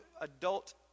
adult